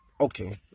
okay